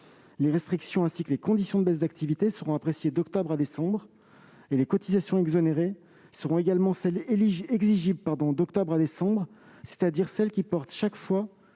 Les restrictions, ainsi que les conditions de baisse d'activité, seront appréciées d'octobre à décembre, et les cotisations exonérées seront également celles qui sont exigibles d'octobre à décembre, c'est-à-dire celles qui portent, chaque mois,